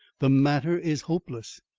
the matter is hopeless.